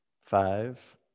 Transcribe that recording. Five